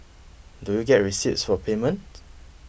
do you get receipts for payments